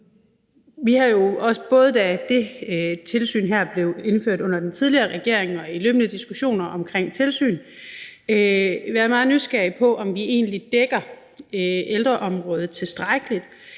Vi har jo, både da det her tilsyn blev indført under den tidligere regering og i løbende diskussioner om tilsyn, været meget nysgerrige, med hensyn til om vi egentlig dækker ældreområdet tilstrækkeligt,